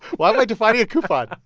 why am i defining a coupon?